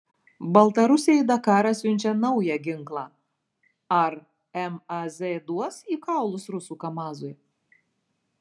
baltarusiai į dakarą siunčia naują ginklą ar maz duos į kaulus rusų kamazui